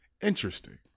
interesting